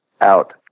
out